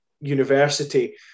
University